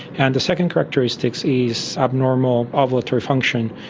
and the second characteristic is abnormal ovulatory function,